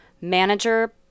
manager